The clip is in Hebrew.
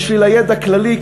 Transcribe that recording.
בשביל הידע הכללי,